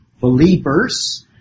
believers